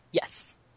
Yes